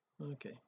okay